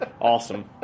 awesome